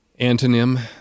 antonym